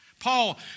Paul